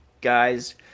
guys